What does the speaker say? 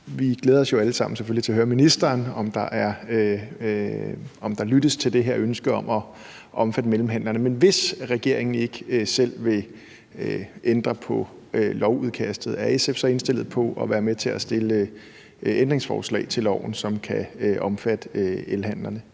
selvfølgelig til at høre ministeren, om der lyttes til det her ønske om at omfatte mellemhandlerne. Men hvis regeringen ikke selv vil ændre på lovudkastet, er SF så indstillet på at være med til at stille et ændringsforslag til loven, som kan omfatte mellemhandlerne?